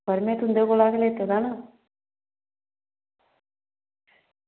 पर में तुंदे कोला ई लैते दा ना